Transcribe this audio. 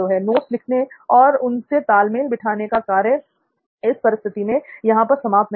notes लिखने और उनसे तालमेल बिठाने का कार्य इस परिस्थिति में यहां पर समाप्त नहीं होता